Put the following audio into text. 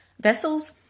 vessels